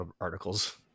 articles